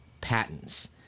patents